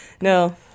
no